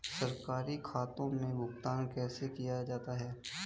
सरकारी खातों में भुगतान कैसे किया जाता है?